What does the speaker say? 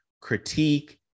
critique